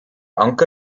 anker